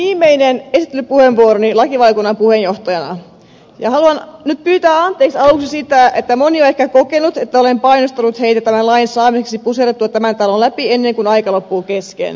tämä on viimeinen esittelypuheenvuoroni lakivaliokunnan puheenjohtajana ja haluan nyt aluksi pyytää anteeksi sitä että moni on ehkä kokenut että olen painostanut heitä tämän lain saamiseksi puserrettua tämän talon läpi ennen kuin aika loppuu kesken